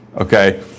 Okay